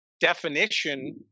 definition